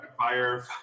fire